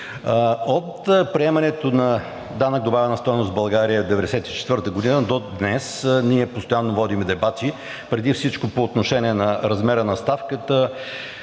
От приемането на данък добавена стойност в България 1994 г. до днес ние постоянно водим дебати преди всичко по отношение размера на ставката